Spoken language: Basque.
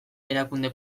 erakunde